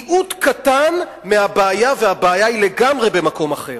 הם מיעוט קטן מהבעיה, והבעיה היא לגמרי במקום אחר.